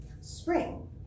Spring